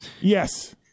yes